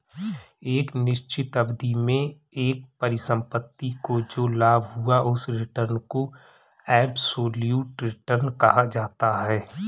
एक निश्चित अवधि में एक परिसंपत्ति को जो लाभ हुआ उस रिटर्न को एबसोल्यूट रिटर्न कहा जाता है